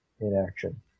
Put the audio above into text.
inaction